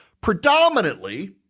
Predominantly